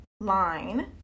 line